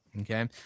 Okay